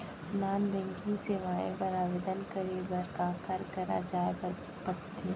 non banking सेवाएं बर आवेदन करे बर काखर करा जाए बर परथे